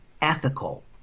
ethical